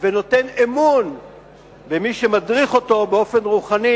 ונותן אמון במי שמדריך אותו באופן רוחני